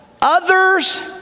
Others